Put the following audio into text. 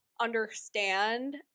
understand